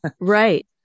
Right